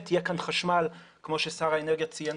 יהיה כאן חשמל כמו ששר האנרגיה ציין,